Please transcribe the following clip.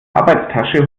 arbeitstasche